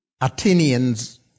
Athenians